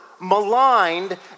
maligned